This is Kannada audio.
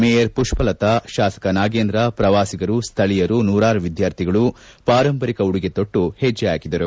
ಮೇಯರ್ ಪುಷ್ಪಲತಾ ಶಾಸಕ ನಾಗೇಂದ್ರ ಪ್ರವಾಸಿಗರು ಸ್ಥಳೀಯರು ನೂರಾರು ವಿದ್ಯಾರ್ಥಿಗಳು ಪಾರಂಪರಿಕ ಉಡುಗೆ ತೊಟ್ಟು ಹೆಜ್ಜೆ ಹಾಕಿದರು